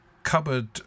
cupboard